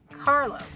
Carlo